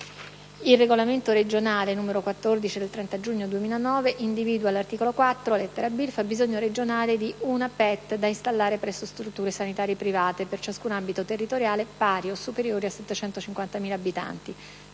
il regolamento regionale n. 14 del 30 giugno 2009 individua, all'articolo 4, lettera b), il fabbisogno regionale di una PET da installare presso strutture sanitarie private, per ciascun ambito territoriale pari o superiore a 750.000 abitanti,